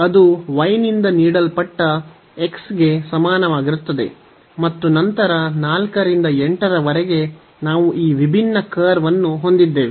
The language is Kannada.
ಅದು y ನಿಂದ ನೀಡಲ್ಪಟ್ಟ x ಗೆ ಸಮಾನವಾಗಿರುತ್ತದೆ ಮತ್ತು ನಂತರ 4 ರಿಂದ 8 ರವರೆಗೆ ನಾವು ಈ ವಿಭಿನ್ನ ಕರ್ವ್ ಅನ್ನು ಹೊಂದಿದ್ದೇವೆ